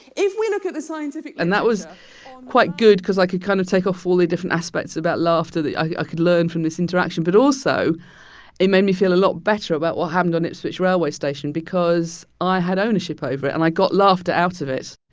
if we look at the scientific. and that was quite good cause i could kind of take off all the different aspects about laughter that i could learn from this interaction. but also it made me feel a lot better about what happened on ipswich railway station because i had ownership over it, and i got laughed out of it.